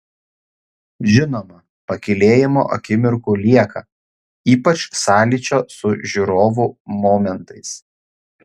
žinoma pakylėjimo akimirkų lieka ypač sąlyčio su žiūrovu momentais